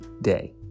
day